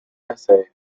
essay